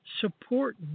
support